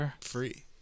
free